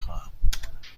خواهم